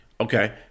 Okay